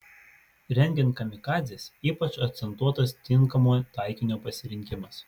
rengiant kamikadzes ypač akcentuotas tinkamo taikinio pasirinkimas